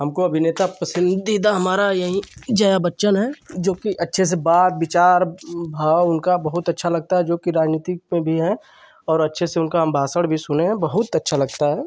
हमको अभिनेता पसंदीदा हमारा यही जया बच्चन हैं जो कि अच्छे से बात विचार भाव उनका बहुत अच्छा लगता है जो कि राजनीति में भी हैं और अच्छे से उनका हम भाषण भी सुने हैं बहुत अच्छा लगता है